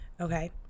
okay